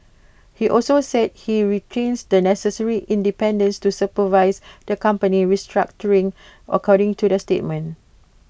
he also said he retains the necessary independence to supervise the company's restructuring according to the statement